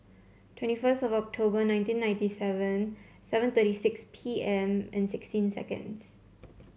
twenty first of October nineteen ninety seven seven thirty six P M and sixteen seconds